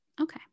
Okay